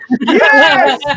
Yes